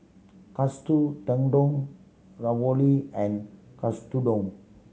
Katsu Tendon Ravioli and Katsudon